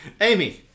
Amy